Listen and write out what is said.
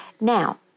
Now